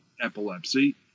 epilepsy